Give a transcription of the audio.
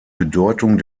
bedeutung